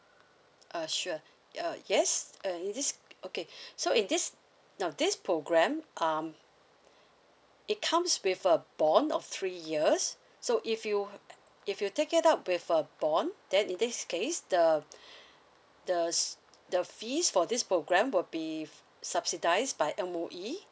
uh sure uh yes uh in this okay so in this now this program um it comes with a bond of three years so if you if you take it up with a bond then in this case the the the fees for this program will be subsidised by M_O_E